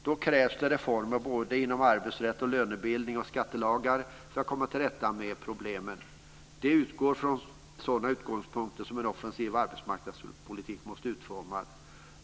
Då krävs det reformer när det gäller arbetsrätt, lönebildning och skattelagar för att man ska komma till rätta med problemen. Det är utifrån sådana utgångspunkter som en offensiv arbetsmarknadspolitik måste utformas.